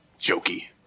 Jokey